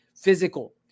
physical